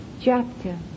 chapter